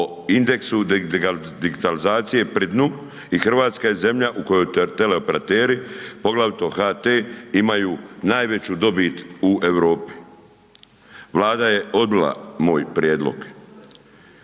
indeksu digitalizacije pri dnu i RH je zemlja u kojoj teleoperateri, poglavito HT imaju najveću dobit u Europi. Vlada je odbila moj prijedlog,